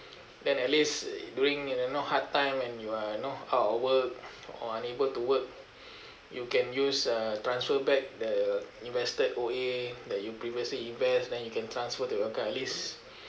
then at least during you know hard time and you are you know out of work or unable to work you can use uh transfer back the invested O_A that you previously invest then you can transfer to your account at least